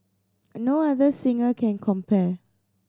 no other singer can compare